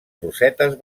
rosetes